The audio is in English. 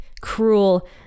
cruel